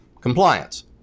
compliance